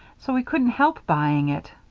so we couldn't help buying it.